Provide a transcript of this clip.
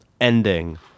ending